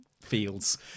fields